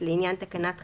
בפסקה (1),